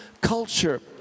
culture